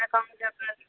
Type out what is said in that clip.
অ্যাকাউন্টে আপনার